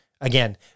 Again